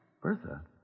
Bertha